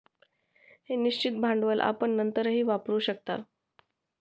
हे निश्चित भांडवल आपण नंतरही वापरू शकता